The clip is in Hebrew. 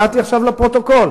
הודעתי עכשיו לפרוטוקול.